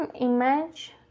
image